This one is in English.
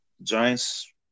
Giants